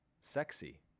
sexy